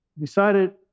decided